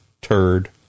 turd